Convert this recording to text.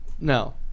No